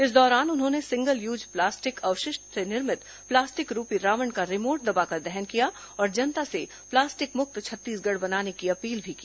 इस दौरान उन्होंने सिंगल यूज प्लास्टिक अपशिष्ट से निर्मित प्लास्टिक रूपी रावण का रिमोट दबाकर दहन किया और जनता से प्लास्टिक मुक्त छत्तीसगढ बनाने की अपील भी की